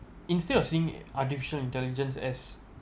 instead of seeing artificial intelligence as